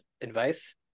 advice